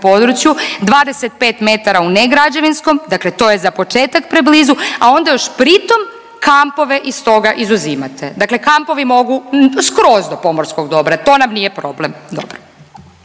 području, 25 m u negrađevinskom, dakle to je za početak preblizu, a onda još pritom kampove iz toga izuzimate. Dakle kampovi mogu skroz do pomorskog dobra, to nam nije problem.